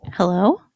Hello